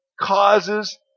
causes